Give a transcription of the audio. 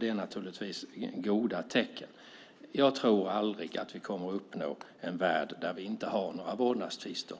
Det är naturligtvis ett gott tecken. Jag tror aldrig att vi kommer att uppnå en värld där vi inte har några vårdnadstvister.